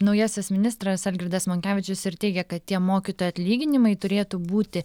naujasis ministras algirdas monkevičius ir teigia kad tie mokytojų atlyginimai turėtų būti